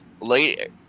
late